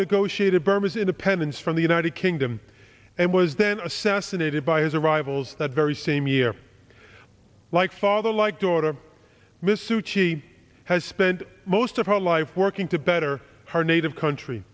negotiated burma's independence from the united kingdom and was then assassinated by his arrivals that very same year like father like daughter mrs she has spent most of her life working to better her native country